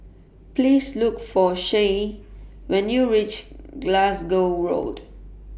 Please Look For Shae when YOU REACH Glasgow Road